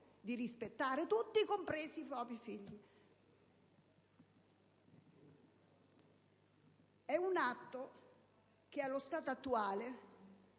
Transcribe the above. di rispettare tutti, compresi i propri figli. È un atto che, allo stato attuale,